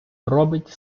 робить